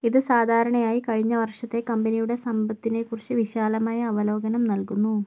ഇത് സാധാരണയായി കഴിഞ്ഞ വർഷത്തെ കമ്പനിയുടെ സമ്പത്തിനെ കുറിച്ച് വിശാലമായ അവലോകനം നൽകുന്നു